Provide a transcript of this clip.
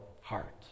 heart